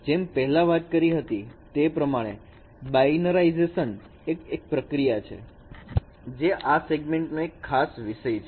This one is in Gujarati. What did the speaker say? જેમ પહેલા વાત કરી હતી તે બાઈનરાયઝેશન એક પ્રક્રિયા છે જે આ સેગમેન્ટેશન નો ખાસ વિષય છે